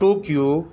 Tokyo